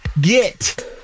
Get